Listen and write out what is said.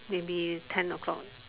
maybe ten O-clock